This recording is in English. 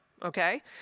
okay